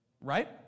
right